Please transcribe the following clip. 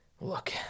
look